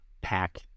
pack